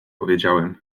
powiedziałem